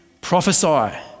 prophesy